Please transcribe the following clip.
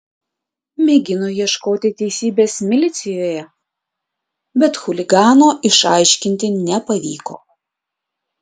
mėgino ieškoti teisybės milicijoje bet chuligano išaiškinti nepavyko